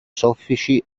soffici